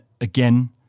again